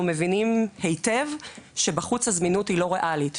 מבינים היטב שבחוץ הזמינות היא לא ריאלית,